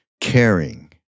caring